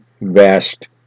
vast